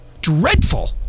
Dreadful